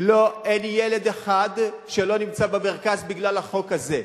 אין ילד אחד שלא נמצא במרכז בגלל החוק הזה.